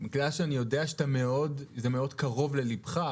עכשיו מכיוון שאני יודע שזה מאוד קרוב לליבך,